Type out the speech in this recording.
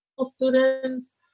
students